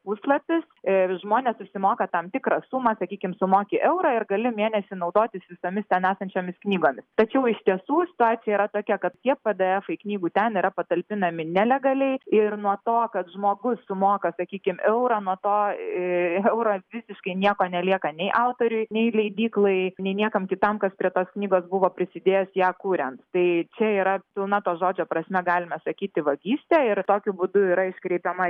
puslapis ir žmonės susimoka tam tikrą sumą sakykim sumoki eurą ir gali mėnesį naudotis visomis ten esančiomis knygomis tačiau iš tiesų situacija yra tokia kad tie pdefai knygų ten yra patalpinami nelegaliai ir nuo to kad žmogus sumoka sakykim eurą nuo to euro visiškai nieko nelieka nei autoriui nei leidyklai nei niekam kitam kas prie tos knygos buvo prisidėjęs ją kuriant tai čia yra pilna to žodžio prasme galime sakyti vagystė ir tokiu būdu yra iškreipiama